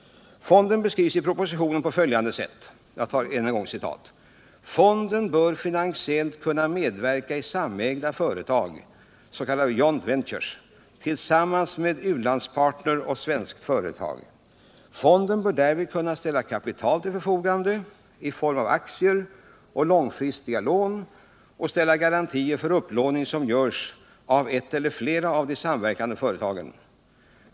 Fonden beskrivs i propositionen på följande sätt: ”Fonden bör finansiellt kunna medverka i samägda företag, s.k. joint ventures, tillsammans med u-landspartner och svenskt företag. Fonden bör därvid kunna ställa kapital till förfogande i form av aktier och långfristiga lån. Därutöver bör fonden kunna ställa garantier för upplåning som görs av ett eller flera av de samverkande företagen.